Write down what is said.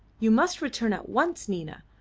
you must return at once, nina.